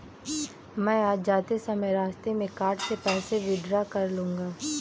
मैं आज जाते समय रास्ते में कार्ड से पैसे विड्रा कर लूंगा